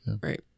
Right